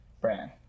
brand